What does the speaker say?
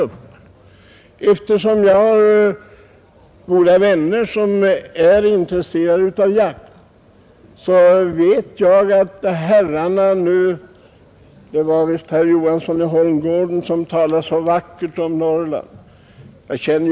Eftersom jag har goda vänner som är intresserade av jakt vet jag hur det går till. Det var visst herr Johansson i Holmgården som talade så vackert om förhållandena i Norrland.